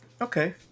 Okay